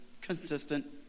consistent